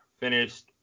Finished